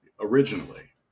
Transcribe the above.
originally